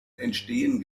entstehen